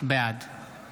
בעד